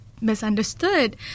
misunderstood